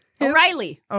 O'Reilly